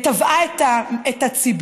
תבעה את הציבור,